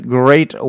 great